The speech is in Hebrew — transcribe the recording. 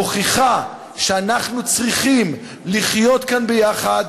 מוכיחה שאנחנו צריכים לחיות כאן ביחד,